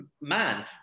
man